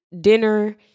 dinner